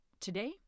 today